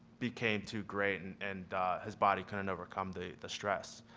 became too great and and his body couldn't overcome the the stress.